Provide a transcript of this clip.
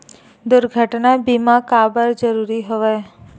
दुर्घटना बीमा काबर जरूरी हवय?